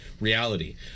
reality